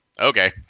Okay